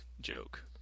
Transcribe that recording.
joke